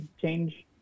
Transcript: change